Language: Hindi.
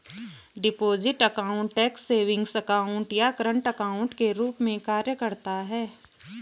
deposit account tax savings account या करंट अकाउंट के रूप में कार्य करता है